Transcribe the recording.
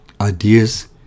ideas